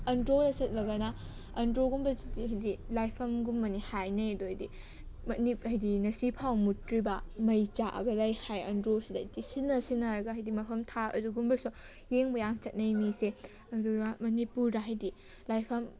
ꯑꯟꯗ꯭ꯔꯣꯗ ꯆꯠꯂꯒꯅ ꯑꯟꯗ꯭ꯔꯣꯒꯨꯝꯕꯁꯤꯗꯤ ꯍꯥꯏꯗꯤ ꯂꯥꯏꯐꯝꯒꯨꯝꯕꯅꯤ ꯍꯥꯏꯅꯩ ꯑꯗꯣ ꯑꯩꯗꯤ ꯍꯥꯏꯗꯤ ꯉꯁꯤꯐꯥꯎ ꯃꯨꯠꯇ꯭ꯔꯤꯕ ꯃꯩ ꯆꯥꯛꯑꯒ ꯂꯩ ꯍꯥꯏ ꯑꯟꯗ꯭ꯔꯣꯁꯤꯗ ꯍꯥꯏꯗꯤ ꯁꯤꯟꯅ ꯁꯤꯟꯅꯔꯒ ꯍꯥꯏꯗꯤ ꯃꯐꯝ ꯊꯥ ꯑꯗꯨꯒꯨꯝꯕꯁꯨ ꯌꯦꯡꯕ ꯌꯥꯝ ꯆꯠꯅꯩ ꯃꯤꯁꯦ ꯑꯗꯨꯒ ꯃꯅꯤꯄꯨꯔꯗ ꯍꯥꯏꯗꯤ ꯂꯥꯏꯐꯝ